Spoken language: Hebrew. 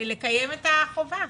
לקיים את החובה?